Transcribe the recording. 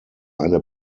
eine